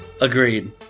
Agreed